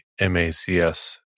MACS